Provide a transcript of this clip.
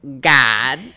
God